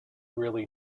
really